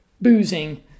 boozing